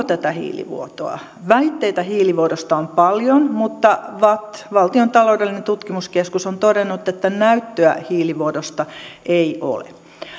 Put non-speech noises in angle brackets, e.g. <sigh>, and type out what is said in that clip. <unintelligible> tätä hiilivuotoa väitteitä hiilivuodosta on paljon mutta vatt valtion taloudellinen tutkimuskeskus on todennut että näyttöä hiilivuodosta ei ole